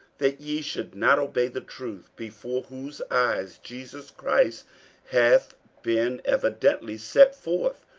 that ye should not obey the truth, before whose eyes jesus christ hath been evidently set forth,